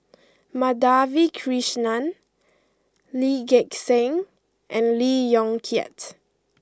Madhavi Krishnan Lee Gek Seng and Lee Yong Kiat